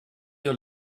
your